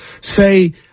say